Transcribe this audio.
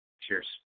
Cheers